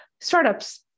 startups